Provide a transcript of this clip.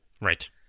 Right